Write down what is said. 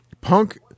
punk